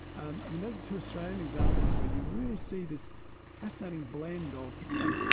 and those are two australian examples where you really see this fascinating blend of you know,